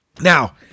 Now